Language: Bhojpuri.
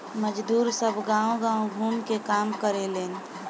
मजदुर सब गांव गाव घूम के काम करेलेन